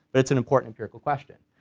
it's an important empirical question.